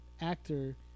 actor